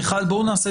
מיכל,